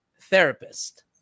therapist